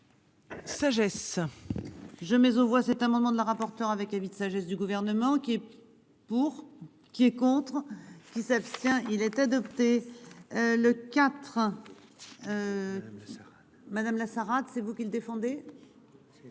Sagesse. Je mets aux voix cet amendement de la rapporteure avec sagesse du gouvernement qui est. Pour qui est contre qui s'abstient. Il était adopté. Le quatre. Madame la Sarah c'est vous qui le défendait.